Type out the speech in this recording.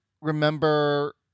remember